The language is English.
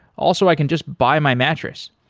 also, i can just buy my mattress.